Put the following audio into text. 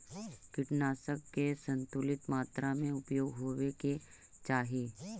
कीटनाशक के संतुलित मात्रा में उपयोग होवे के चाहि